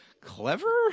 Clever